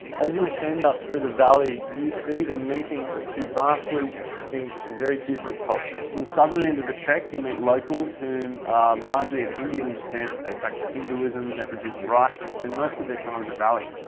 as you ascend up through the valley you see the meeting of two vastly distinct and very different cultures. on and the southern end of the trek, you meet locals, whom are largely of indian descent, they practice hinduism, produce rice and spend most of their time in the valley.